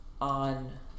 On